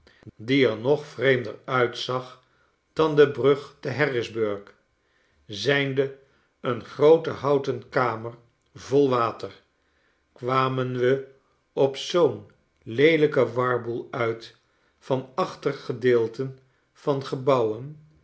die er nog vreemder uitzag dan de brug te harrisburgh zijnde een groote houten kamer vol water kwamen we op zoo'n leelijken warboel uit van achtergedeelte van gebouwen